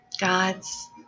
gods